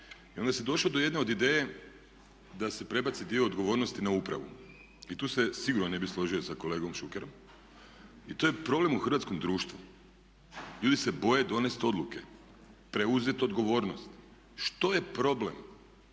I onda se došlo do jedne od ideje da se prebaci dio odgovornosti na upravu i tu se sigurno ne bih složio sa kolegom Šukerom i to je problem u hrvatskom društvu, ljudi se boje donesti odluke, preuzeti odgovornost. Što je problem